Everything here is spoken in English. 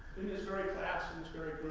in this very class, in this very